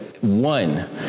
One